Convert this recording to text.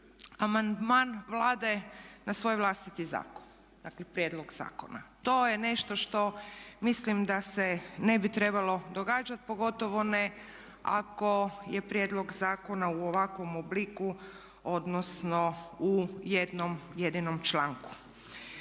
amandman Vlade na svoj vlastiti zakon, dakle prijedlog zakona. To je nešto što mislim da se ne bi trebalo događati pogotovo ne ako je prijedlog zakona u ovakvom obliku odnosno u jednom jedinom članku.